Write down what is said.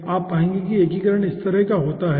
तो आप पाएंगे कि एकीकरण इस तरह होता है